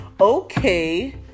okay